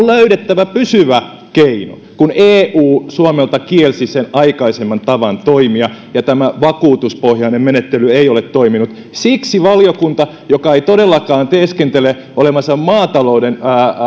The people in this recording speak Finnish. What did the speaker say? löydettävä pysyvä keino koska eu suomelta kielsi sen aikaisemman tavan toimia ja tämä vakuutuspohjainen menettely ei ole toiminut siksi valiokunta joka ei todellakaan teeskentele olevansa maatalouden